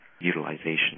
utilization